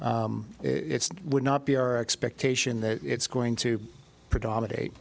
it would not be our expectation that it's going to predomina